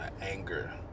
anger